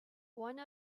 one